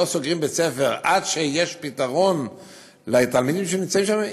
שלא סוגרים בית-ספר עד שיש פתרון לתלמידים שנמצאים שם,